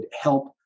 help